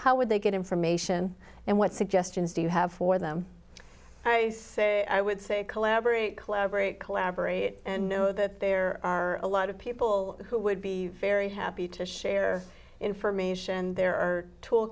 how would they get information and what suggestions do you have for them i say i would say collaborate collaborate collaborate and know that there are a lot of people who would be very happy to share information there are tool